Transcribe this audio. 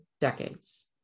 decades